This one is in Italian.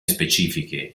specifiche